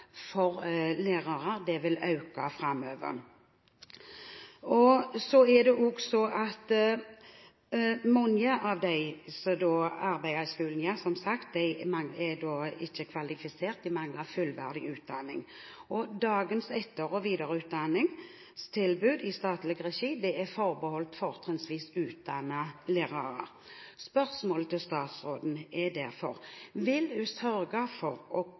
for lærere vil øke framover. Mange av dem som arbeider i skolen, er som sagt ikke kvalifisert. De mangler fullverdig utdanning. Dagens etter- og videreutdanningstilbud i statlig regi er fortrinnsvis forbeholdt utdannete lærere. Spørsmålet til statsråden er derfor: Vil hun sørge for